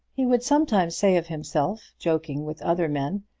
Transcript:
he would sometimes say of himself, joking with other men,